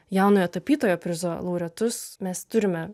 jaunojo tapytojo prizo laureatus mes turime